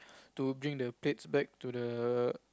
to bring the plates back to the